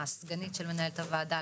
הסגנית של מנהלת הוועדה,